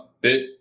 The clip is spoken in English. bit